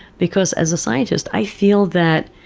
because as a scientist i feel that